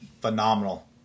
phenomenal